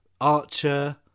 Archer